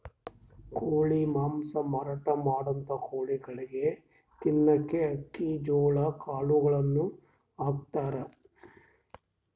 ಕೋಳಿ ಮಾಂಸ ಮಾರಾಟ್ ಮಾಡಂಥ ಕೋಳಿಗೊಳಿಗ್ ತಿನ್ನಕ್ಕ್ ಅಕ್ಕಿ ಜೋಳಾ ಕಾಳುಗಳನ್ನ ಹಾಕ್ತಾರ್